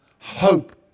hope